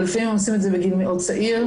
אבל לפעמים הם עושים את זה בגיל מאוד צעיר.